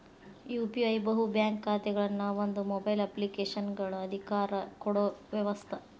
UPI ಬಹು bank ಖಾತೆಗಳನ್ನ ಒಂದ ಮೊಬೈಲ್ ಅಪ್ಲಿಕೇಶನಗ ಅಧಿಕಾರ ಕೊಡೊ ವ್ಯವಸ್ತ